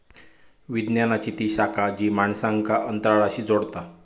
विज्ञानाची ती शाखा जी माणसांक अंतराळाशी जोडता